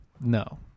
No